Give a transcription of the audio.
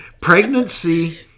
Pregnancy